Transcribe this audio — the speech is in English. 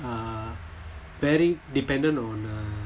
uh very dependent on uh